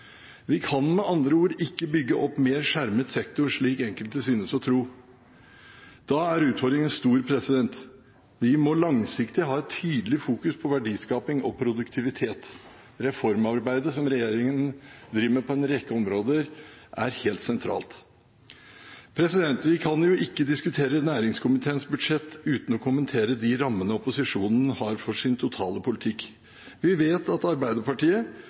Vi kan med andre ord ikke bygge opp mer skjermet sektor, slik enkelte synes å tro. Da er utfordringen stor. Vi må langsiktig ha et tydelig fokus på verdiskaping og produktivitet. Reformarbeidet som regjeringen driver med på en rekke områder, er helt sentralt. Vi kan ikke diskutere næringskomiteens budsjett uten å kommentere de rammene opposisjonen har for sin totale politikk. Vi vet at Arbeiderpartiet